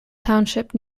township